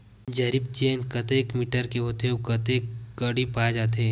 जरीब चेन कतेक मीटर के होथे व कतेक कडी पाए जाथे?